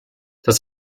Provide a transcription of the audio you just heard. dass